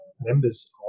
members